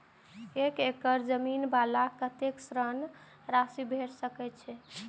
एक एकड़ जमीन वाला के कतेक ऋण राशि भेट सकै छै?